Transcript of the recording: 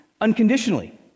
unconditionally